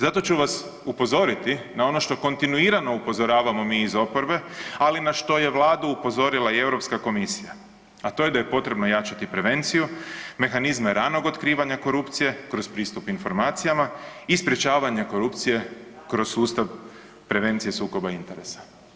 Zato ću vas upozoriti na ono što kontinuirano upozoravamo mi iz oporbe, ali na što je vladu upozorila i Europska komisija, a to je da je potrebno jačati prevenciju, mehanizme ranog otkrivanja korupcije kroz pristup informacijama i sprečavanje korupcije kroz sustav prevencije sukoba interesa.